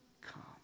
come